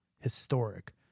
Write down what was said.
Historic